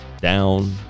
down